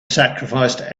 sacrificed